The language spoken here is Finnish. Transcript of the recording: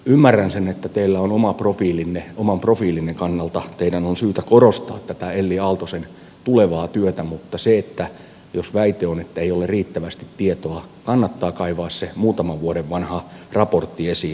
ymmärrän sen että oman profiilinne kannalta teidän on syytä korostaa tätä elli aaltosen tulevaa työtä mutta se että jos väite on että ei ole riittävästi tietoa kannattaa kaivaa se muutaman vuoden vanha raportti esiin